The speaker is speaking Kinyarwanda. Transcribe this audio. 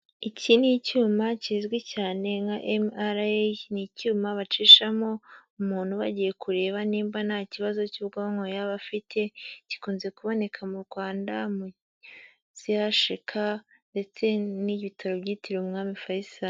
Iki ni icyuma kizwi cyane nka MRA, ni icyuma bacishamo umuntu bagiye kureba nimba nta kibazo cy'ubwonko yaba afite, gikunze kuboneka mu Rwanda muri CHUK ndetse n'ibitaro byitiriwe umwami Faisal.